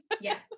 Yes